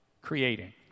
creating